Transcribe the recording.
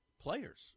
players